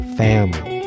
family